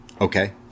okay